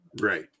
Right